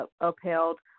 upheld